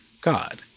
God